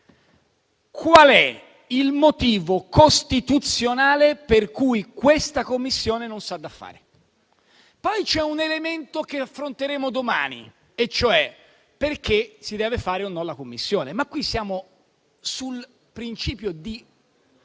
quale sia il motivo costituzionale per cui questa Commissione non s'ha da fare. C'è poi un elemento che affronteremo domani e cioè perché si debba istituire o meno la Commissione, ma qui siamo su un principio di